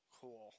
cool